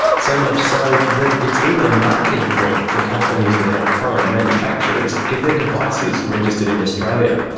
so much so, that it's even a marketing point for companies that help foreign manufacturers get their devices registered in australia.